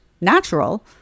natural